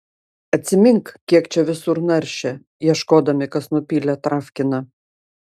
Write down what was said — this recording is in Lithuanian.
atsimink kiek čia visur naršė ieškodami kas nupylė travkiną